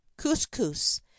couscous